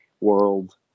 world